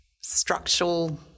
structural